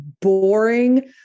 boring